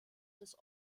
des